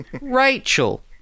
Rachel